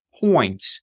point